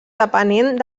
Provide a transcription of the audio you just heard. depenent